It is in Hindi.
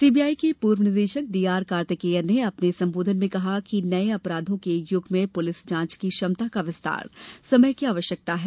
सीबीआई के पूर्व निदेशक डी आर कार्तिकेयन ने अपने मुख्य संबोधन में कहा कि नये अपराधों के युग में पुलिस जांच की क्षमता का विस्तार समय की आवश्यकता है